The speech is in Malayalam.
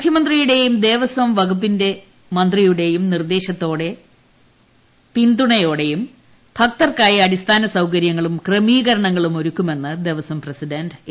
മുഖ്യമന്ത്രിയുടെയും ദേവസ്വം വകുപ്പ് മന്ത്രിയുടെയും നിർദ്ദേശത്തോടെയും പിന്തുണയോടെയും ഭക്തർക്കായി അടിസ്ഥാനസൌകര്യങ്ങളും ക്രമീകരണങ്ങളുമൊരുക്കുമെന്ന് ദേവസ്വം പ്രസിഡന്റ് എ